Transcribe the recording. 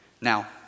Now